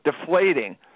deflating